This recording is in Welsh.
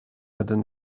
ydyn